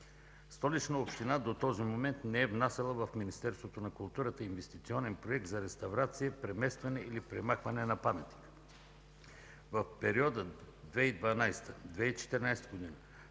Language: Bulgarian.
Столична община до този момент не е внасяла в Министерството на културата инвестиционен проект за реставрация, преместване или премахване на паметника. В периода 2012 – 2014 г.,